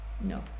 No